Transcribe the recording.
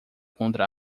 contra